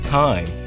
time